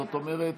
זאת אומרת,